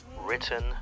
Written